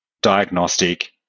diagnostic